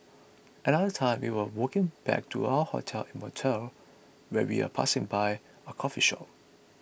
another time we were walking back to our hotel in Montreal when we are passing by a coffee shop